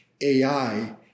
AI